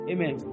Amen